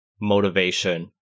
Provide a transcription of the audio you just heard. motivation